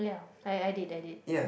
I I did I did